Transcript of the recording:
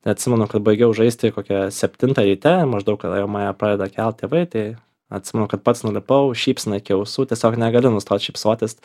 tai atsimenu kad baigiau žaisti kokią septintą ryte maždaug kada jau mane pradeda kelt tėvai tai atsimenu kad pats nulipau šypsena iki ausų tiesiog negaliu nustot šypsotis